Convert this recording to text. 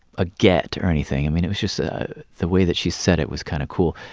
a get or anything. i mean, it was just a the way that she said it was kind of cool.